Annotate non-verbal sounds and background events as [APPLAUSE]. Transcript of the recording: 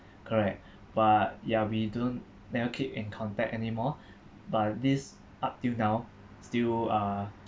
correct [BREATH] but ya we don't never keep in contact anymore [BREATH] but this up till now still uh